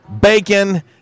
bacon